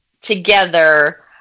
together